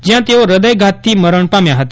જયં તેઓ હૃદયઘાતથી મરણ પામ્યા હતા